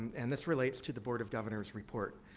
and, this relates to the board of governors report.